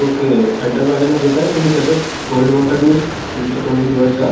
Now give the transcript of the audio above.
okay थंड पाण्याने धूत आहे तुम्ही तसंच कोल्ड वॉटरनेच तुमचं तोंड धुवत जा